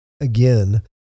again